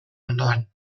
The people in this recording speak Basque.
ondoan